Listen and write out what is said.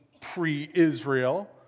pre-Israel